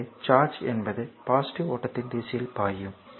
எனவே சார்ஜ் என்பது பாசிட்டிவ் ஓட்டத்தின் திசையில் பாயும்